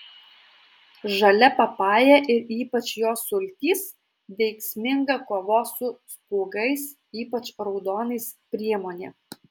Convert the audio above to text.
žalia papaja ir ypač jos sultys veiksminga kovos su spuogais ypač raudonais priemonė